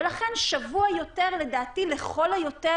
ולכן לדעתי שבוע לכל היותר,